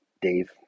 Dave